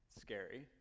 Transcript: scary